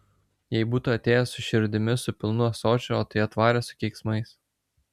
jei būtų atėjęs su širdimi su pilnu ąsočiu o tai atvarė su keiksmais